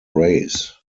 race